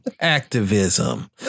activism